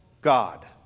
God